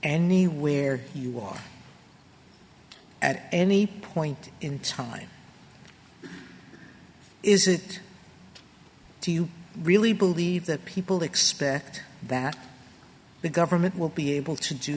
me where you will at any point in time is it do you really believe that people expect that the government will be able to do